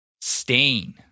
stain